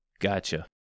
Gotcha